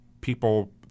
people –